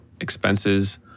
expenses